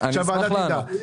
אני